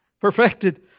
Perfected